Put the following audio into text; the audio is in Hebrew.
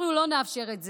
אנחנו לא נאפשר את זה.